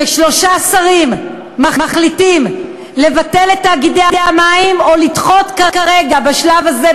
ששלושה שרים מחליטים לבטל את תאגידי המים או לדחות כרגע בשלב הזה,